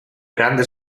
grande